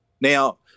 Now